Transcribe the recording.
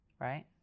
right